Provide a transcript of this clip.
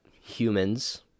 humans